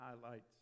highlights